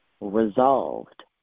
resolved